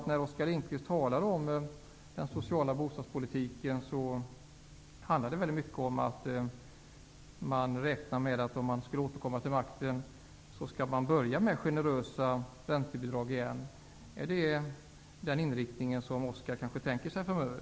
När Oskar Lindkvist, talar om den sociala bostadspolitiken, handlar det väldigt mycket om att Socialdemokraterna räknar med att de skall återkomma till makten. Skall de då börja med generösa räntebidrag igen? Är det den inriktning som Oskar Lindkvist tänker sig framöver?